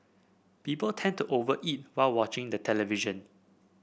people tend to over eat while watching the television